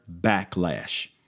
backlash